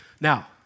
Now